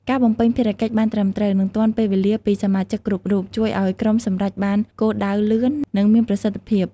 ការបំពេញភារកិច្ចបានត្រឹមត្រូវ និងទាន់ពេលវេលាពីសមាជិកគ្រប់រូប ជួយឱ្យក្រុមសម្រេចបានគោលដៅលឿន និងមានប្រសិទ្ធភាព។